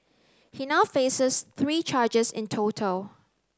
he now faces three charges in total